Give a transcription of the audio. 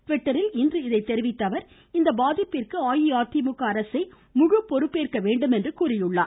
ட்விட்டரில் இன்று இதை தெரிவித்த அவர் இந்த பாதிப்பிற்கு அஇஅதிமுக அரசே முழு பொறுப்பேற்க வேண்டும் என்ற கூறினார்